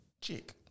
chick